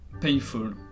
painful